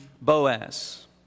Boaz